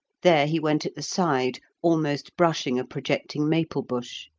there he went at the side, almost brushing a projecting maple bush.